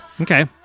Okay